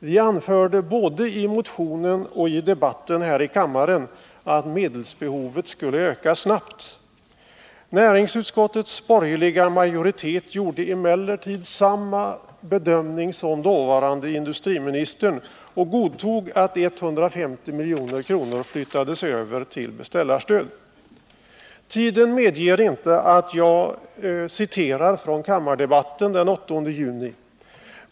Vi anförde både i motionen och i debatten här i kammaren att medelsbehovet skulle öka snabbt. Näringsutskottets borgerliga majoritet gjorde emellertid samma bedömning som dåvarande industriministern och godtog att 150 milj.kr. flyttades över till beställarstöd. Tiden medger inte att jag citerar från kammardebatten den 8 juni.